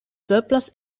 surplus